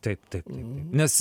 taip taip taip taip nes